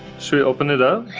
so open it up,